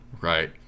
Right